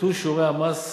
הופחתו שיעורי המכס